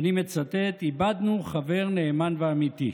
ואני מצטט: איבדנו חבר נאמן ואמיתי.